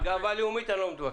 על גאווה לאומית אני לא מתווכח.